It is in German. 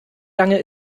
lange